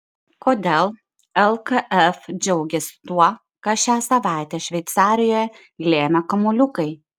kodėl lkf džiaugiasi tuo ką šią savaitę šveicarijoje lėmė kamuoliukai